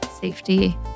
safety